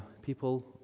people